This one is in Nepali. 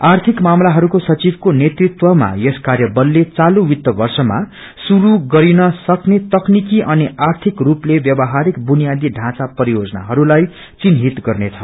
आर्थिक मामलाहरूको संघिकको नेतृत्वमा यस कार्यबलले चालू वित्त वर्षमा शुरू गरिन सक्ने तकनीकि अनि आर्थिक स्पले ब्यवहारिक बुनियादी ढांचा परियोजनाहस्लाई चिन्हित गर्नेछ